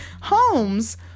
Holmes